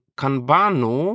kanbanu